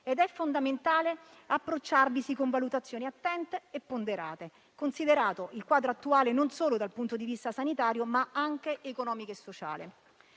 ed è fondamentale approcciarvisi con valutazioni attente e ponderate, considerato il quadro attuale, non solo dal punto di vista sanitario, ma anche economico e sociale.